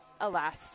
Alas